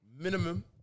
minimum